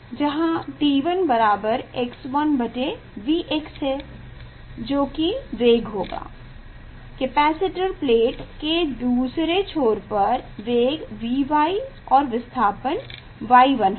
जहाँ t1x1 Vx है जो कि वेग होगा कैपेसिटर प्लेट के दूसरे छोर पर वेग Vy और विस्थापन y1 होगा